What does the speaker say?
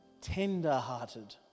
tender-hearted